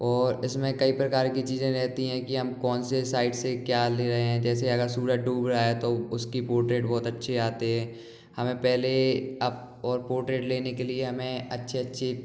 और इसमें कई प्रकार की चीज़ें रहती हैं कि हम कौन से साइट से क्या ले रहे हैं जैसे अगर सूरज डूब रहा है तो उसकी पोर्ट्रेट बहुत अच्छी आते है हमें पहले और पोर्ट्रेट लेने के लिए हमें अच्छी अच्छी